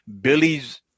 Billy's